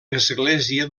església